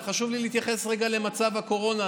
אבל חשוב לי להתייחס רגע למצב הקורונה,